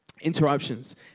Interruptions